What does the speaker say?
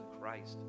Christ